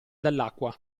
dall’acqua